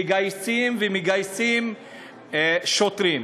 מגייסים ומגייסים שוטרים.